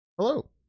Hello